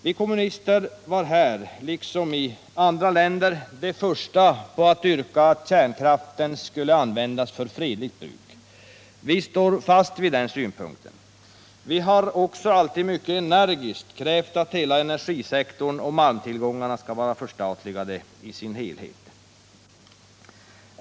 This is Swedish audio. Vi kommunister var här — liksom i andra länder — de första att yrka på kärnkraftens utveckling för fredligt bruk. Vi står fast vid denna ståndpunkt. Vi har också alltid mycket energiskt krävt att hela energisektorn och malmtillgångarna skall vara förstatligade i sin helhet.